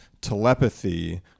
telepathy